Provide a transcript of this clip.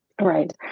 Right